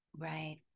Right